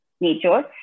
nature